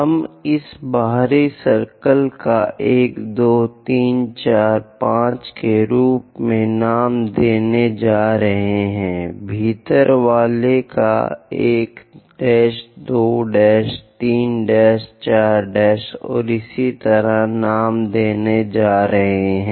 हम इस बाहरी सर्किल का 1 2 3 4 5 के रूप में नाम देने जा रहे हैं भीतर वाले का 1 2 3 4 और इसी तरह नाम देने जा रहे हैं